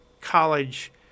college